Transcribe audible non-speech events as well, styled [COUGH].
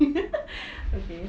[LAUGHS] okay